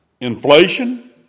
inflation